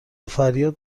فریاد